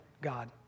God